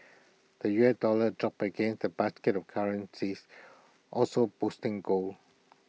the U S dollar dropped against A basket of currencies also boosting gold